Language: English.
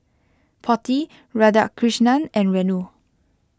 Potti Radhakrishnan and Renu